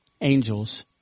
angels